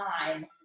time